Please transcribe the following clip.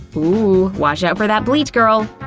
ooh, watch out for that bleach, girl!